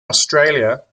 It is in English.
australia